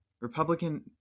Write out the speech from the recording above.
Republican